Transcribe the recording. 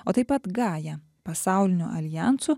o taip pat gaja pasauliniu aljansu